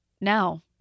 now